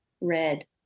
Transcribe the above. red